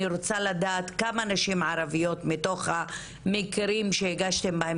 אני רוצה לדעת כמה נשים ערביות מתוך המקרים שהגשתם בהם